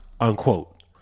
unquote